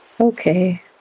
Okay